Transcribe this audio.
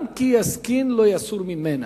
גם כי יזקין לא יסור ממנה".